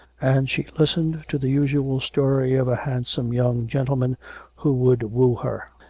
and she listened to the usual story of a handsome young gentleman who would woo her,